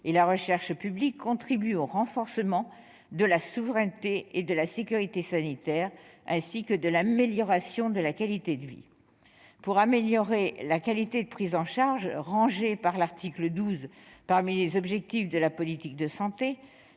et la recherche publique contribuent au renforcement de la souveraineté et de la sécurité sanitaire, ainsi que de l'amélioration de la qualité de vie. Pour améliorer la qualité de prise en charge, rangée par l'article 12 parmi les objectifs de la politique de santé,